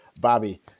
Bobby